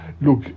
Look